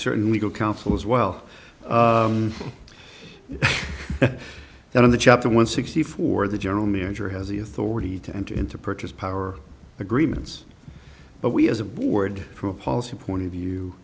certain legal counsel as well and in the chapter one sixty four the general manager has the authority to enter into purchase power agreements but we as a board from a policy point of view